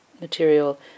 material